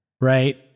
right